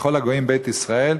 ככל הגויים בית ישראל,